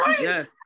Yes